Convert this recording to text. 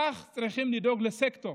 כך צריכים לדאוג לסקטור.